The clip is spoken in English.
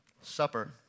Supper